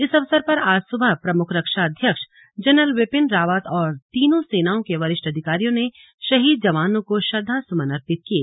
इस अवसर पर आज सुबह प्रमुख रक्षा अध्यक्ष जनरल बिपिन रावत और तीनों सेनाओं के वरिष्ठ अधिकारियों ने शहीद जवानों को श्रद्वासुमन अर्पित किये